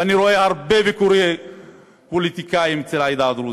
ואני רואה הרבה ביקורי פוליטיקאים אצל העדה הדרוזית,